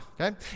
Okay